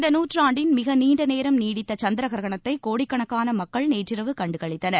இந்த நூற்றாண்டின் மிக நீண்ட நேரம் நீடித்த சந்திரகிரகணத்தை கோடிக்கணக்கான மக்கள் நேற்றிரவு கண்டுகளித்தனர்